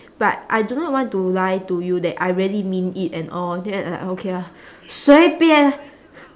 but I do not want to lie to you that I really mean it and all then like okay ah 随便啊